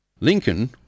Lincoln